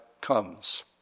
comes